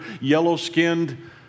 yellow-skinned